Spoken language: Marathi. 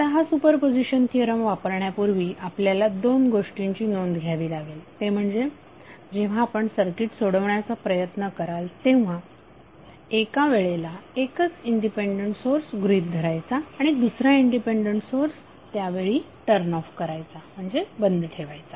आता हा सुपरपोझिशन थिअरम वापरण्यापूर्वी आपल्याला दोन गोष्टींची नोंद घ्यावी लागेल ते म्हणजे जेव्हा आपण सर्किट सोडवण्याचा प्रयत्न कराल तेव्हा एका वेळेला एकच इंडिपेंडेंट सोर्स गृहीत धरायचा आणि दुसरा इंडिपेंडंट सोर्स त्यावेळी टर्न ऑफ करायचा म्हणजे बंद ठेवायचा